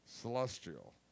celestial